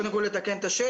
קודם כול, לתקן את השם: